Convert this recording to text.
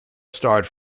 starred